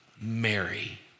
Mary